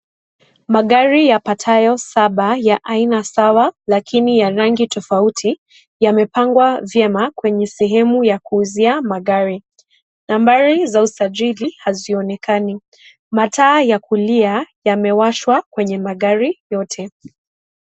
Magari yapatayo saba ya aina sawa lakini ya rangi tofauti yamepangwa vyema kwenye sehemu ya kuuzia magari, nambari za uzajili hazionekani Mataa ya kulia yamewashwa kwenye magari yote.